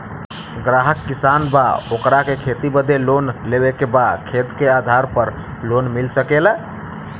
ग्राहक किसान बा ओकरा के खेती बदे लोन लेवे के बा खेत के आधार पर लोन मिल सके ला?